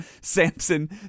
Samson